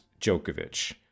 Djokovic